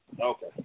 Okay